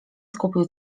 skupił